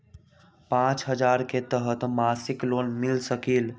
पाँच हजार के तहत मासिक लोन मिल सकील?